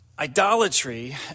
idolatry